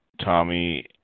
Tommy